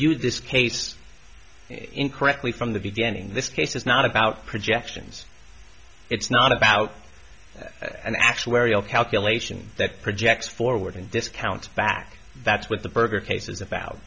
viewed this case incorrectly from the beginning this case is not about projections it's not about an actuarial calculation that projects forward and discounts back that's what the burger case is about